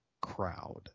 crowd